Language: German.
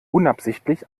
unabsichtlich